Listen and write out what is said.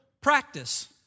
practice